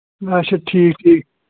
اچھا ٹھیٖک ٹھیٖک